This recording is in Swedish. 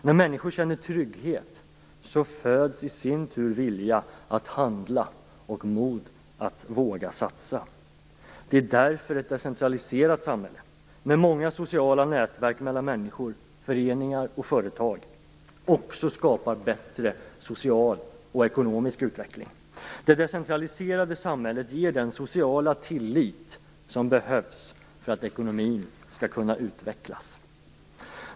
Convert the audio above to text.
När människor känner trygghet föds i sin tur vilja att handla och mod att våga satsa. Det är därför ett decentraliserat samhälle, med många sociala nätverk mellan människor, föreningar och företag, också skapar bättre social och ekonomisk utveckling. Det decentraliserade samhället ger den sociala tillit som behövs för att ekonomin skall kunna utvecklas.